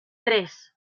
tres